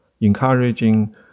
encouraging